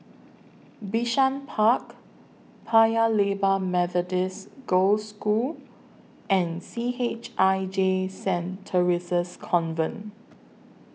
Bishan Park Paya Lebar Methodist Girls' School and C H I J Saint Theresa's Convent